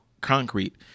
concrete